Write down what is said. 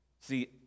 See